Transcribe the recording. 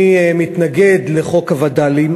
אני מתנגד לחוק הווד"לים